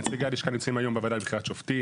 נציגי הלשכה נמצאים היום בוועדה לבחירת שופטים,